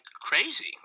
crazy